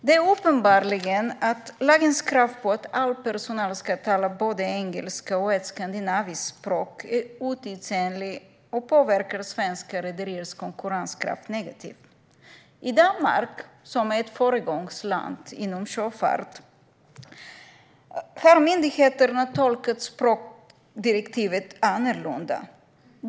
Det är uppenbart att lagens krav på att all personal ska tala både engelska och ett skandinaviskt språk är otidsenligt och påverkar svenska rederiers konkurrenskraft negativt. I Danmark, som är ett föregångsland inom sjöfart, har myndigheterna tolkat språkdirektivet annorlunda.